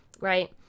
Right